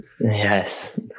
Yes